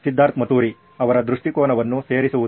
ಸಿದ್ಧಾರ್ಥ್ ಮತುರಿ ಅವರ ದೃಷ್ಟಿಕೋನವನ್ನು ಸೇರಿಸುವುದು